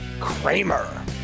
Kramer